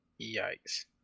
Yikes